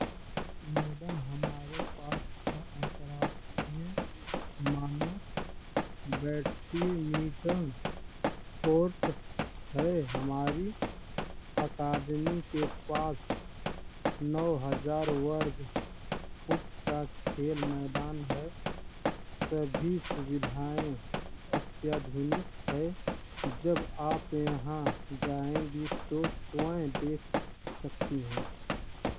madam हमारे पास छः अंतर्राष्ट्रीय मानक बैडमिंटन कोर्ट है हमारी अकादमी के पास नौ हज़ार वर्ग फुट का खेल मैदान है सभी सुविधाएँ अत्याधुनिक हैं जब आप यहाँ जाएंगी तो स्वयं देख सकती हैं